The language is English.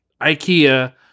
IKEA